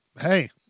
Hey